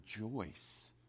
rejoice